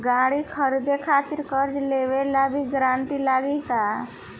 गाड़ी खरीदे खातिर कर्जा लेवे ला भी गारंटी लागी का?